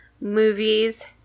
movies